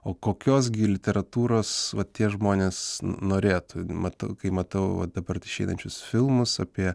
o kokios gi literatūros va tie žmonės n norėtų matau kai matau va dabar išeinančius filmus apie